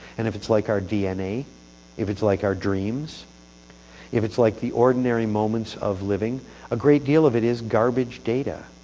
and if it's like our dna if it's like our dreams if it's like the ordinary moments of living a great deal of it is garbage data.